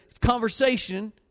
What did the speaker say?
conversation